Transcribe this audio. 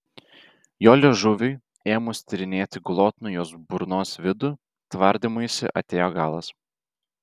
jo liežuviui ėmus tyrinėti glotnų jos burnos vidų tvardymuisi atėjo galas